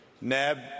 NAB